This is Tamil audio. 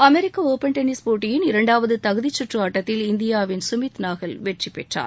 அமெரிக்க ஓபன் டென்னிஸ் போட்டியின் இரண்டாவது தகுதி சுற்று ஆட்டத்தில் இந்தியாவின் சுமித் நாகல் வெற்றி பெற்றார்